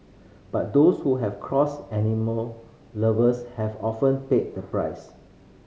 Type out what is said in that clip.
but those who have crossed animal lovers have often paid the price